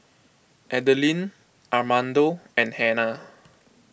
Adeline Armando and Hannah